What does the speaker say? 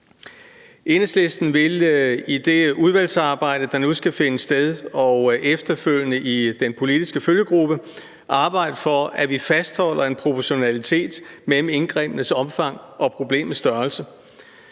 Enhedslisten vil vi i det udvalgsarbejde, der nu skal finde sted, og efterfølgende i den politiske følgegruppe, arbejde for, at vi fastholder en proportionalitet mellem indgrebenes omfang og problemets størrelse.